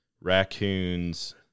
raccoons